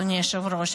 אדוני היושב-ראש,